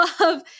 love